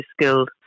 skilled